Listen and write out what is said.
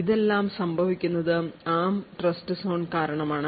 ഇതെല്ലാം സംഭവിക്കുന്നത് ARM trust zone കാരണം ആണ്